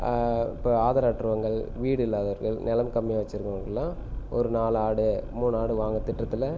இப்போ ஆதரவற்றவர்கள் வீடு இல்லாதவர்கள் நிலம் கம்மியாக வச்சுருக்கவங்கல்லாம் ஒரு நாலு ஆடு மூணு ஆடு வாங்கும் திட்டத்தில்